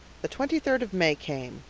the twenty-third of may came.